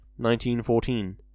1914